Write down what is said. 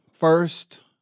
First